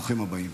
ברוכים הבאים.